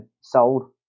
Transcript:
sold